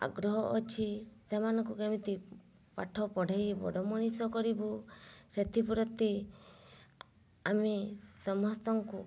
ଆଗ୍ରହ ଅଛି ସେମାନଙ୍କୁ କେମିତି ପାଠ ପଢାଇ ବଡ଼ ମଣିଷ କରିବୁ ସେଥିପ୍ରତି ଆମେ ସମସ୍ତଙ୍କୁ